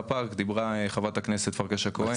דיברה חברת הכנסת פרקש הכהן.